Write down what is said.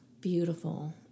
beautiful